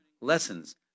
lessons